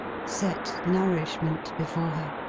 set nourishment before her.